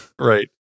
Right